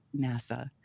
NASA